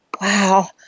wow